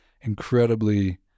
incredibly